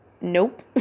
Nope